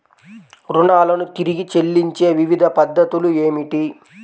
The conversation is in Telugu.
రుణాలను తిరిగి చెల్లించే వివిధ పద్ధతులు ఏమిటి?